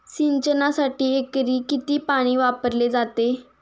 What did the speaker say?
सिंचनासाठी एकरी किती पाणी वापरले जाते?